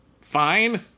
fine